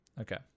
Okay